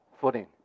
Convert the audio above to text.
footing